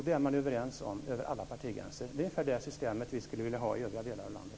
Det är man överens om över alla partigränser, och det är ungefär det systemet vi skulle vilja ha i övriga delar av landet.